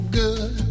good